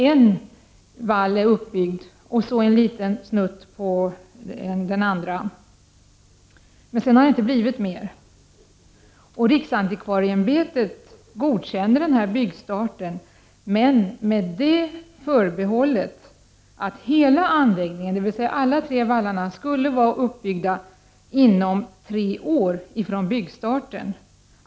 En vall är uppbyggd och den andra bara påbörjad med en liten snutt. Sedan har det inte blivit mer. Riksantikvarieämbetet godkände byggstarten, men med det förbehållet att hela anläggningen, dvs. alla tre vallarna, skulle vara uppbyggda inom tio år efter byggstarten.